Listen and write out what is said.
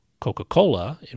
Coca-Cola